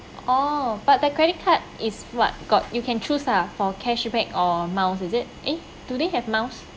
oh but their credit card is what got you can choose lah for cashback or miles is it eh do they have miles